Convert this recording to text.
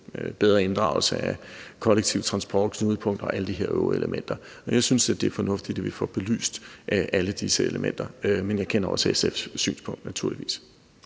bedre inddragelse af kollektiv transport-knudepunkter og alle de her øvrige elementer. Men jeg synes, at det er fornuftigt, at vi får belyst alle disse elementer, men jeg kender naturligvis